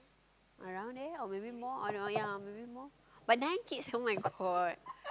around there or maybe more or no oh ya maybe more but nine kids [oh]-my-god